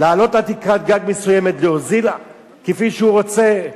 לעלות עד תקרת גג מסוימת, להוזיל כפי שהוא רוצה,